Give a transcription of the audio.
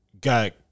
got